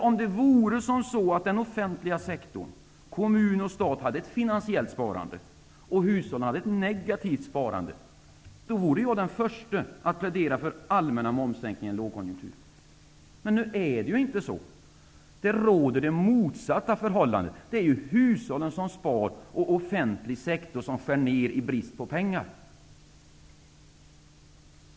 Om det vore som så att den offentliga sektorn, kommun och stat, hade ett positivt finansiellt sparande och hushållen ett negativt sparande, vore jag den förste att plädera för allmänna momssänkningar i en lågkonjunktur. Men nu är det ju inte så. Nu råder det motsatta förhållandet, att hushållen spar och offentlig sektor gör nedskärningar i brist på pengar.